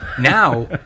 Now